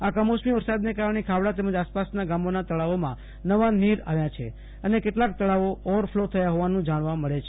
આ કમોસમી વરસાદને કારણે ખાવડા તેમજ આસપાસના ગામોનાં તાળાવોમાં નવા નીર આવવા સાથે કેટલાક તળાવો ઓવરફલો થયાનું જાણવા મળે છે